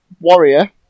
Warrior